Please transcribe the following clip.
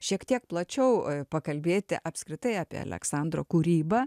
šiek tiek plačiau pakalbėti apskritai apie aleksandro kūrybą